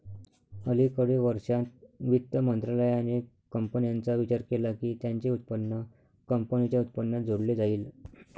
अलिकडे वर्षांत, वित्त मंत्रालयाने कंपन्यांचा विचार केला की त्यांचे उत्पन्न कंपनीच्या उत्पन्नात जोडले जाईल